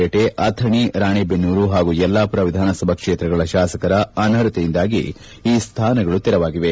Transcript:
ಪೇಟೆ ಅಥಣಿ ರಾಣೆಬೆನ್ನೂರು ಹಾಗೂ ಯಲ್ಲಾಪುರ ವಿಧಾನಸಭಾ ಕ್ಷೇತ್ರಗಳ ಶಾಸಕರ ಅನರ್ಹತೆಯಿಂದಾಗಿ ಈ ಸ್ವಾನಗಳು ತೆರವಾಗಿವೆ